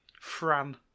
Fran